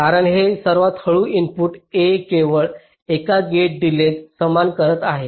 कारण हे सर्वात हळू इनपुट a केवळ एका गेट डिलेज सामना करत आहे